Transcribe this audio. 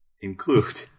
include